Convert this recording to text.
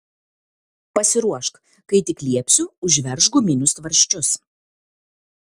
pasiruošk kai tik liepsiu užveržk guminius tvarsčius